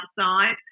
outside